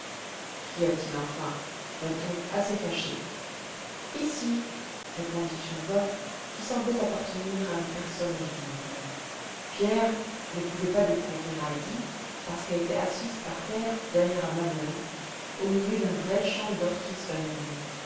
cria-t-il enfin d'un ton assez fâché ici répondit une voix qui semblait appartenir à une personne invisible pierre ne pouvait pas découvrir heidi parce qu'elle était assise par terre derrière un mamelon au milieu d'un vrai champ